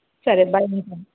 సరే bye madam